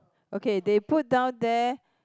okay they put down there